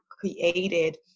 created